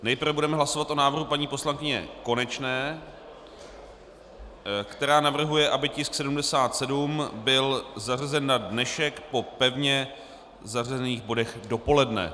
Nejprve budeme hlasovat o návrhu paní poslankyně Konečné, která navrhuje, aby tisk č. 77 byl zařazen na dnešek po pevně zařazených bodech dopoledne.